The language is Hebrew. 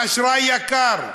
האשראי יקר.